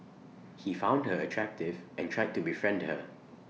he found her attractive and tried to befriend her